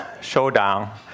showdown